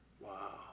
Wow